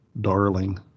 darling